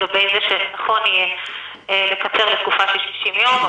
שנכון יהיה לקצר לתקופה של 60 יום,